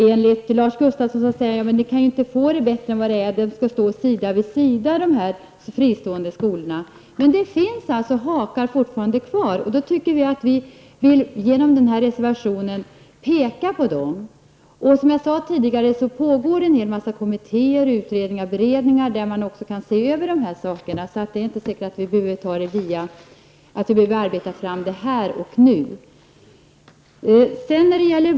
Lars Gustafsson säger att vi inte kan få det bättre och att dessa fristående skolor skall stå sida vid sida. Men det finns ju fortfarande hakar kvar, och vi har genom vår reservation på denna punkt velat peka på dessa. Som jag tidigare sade arbetar rätt många kommittéer, utredningar och beredningar, som skulle kunna se över också denna fråga. Vi behöver alltså inte arbeta fram något förslag här och nu.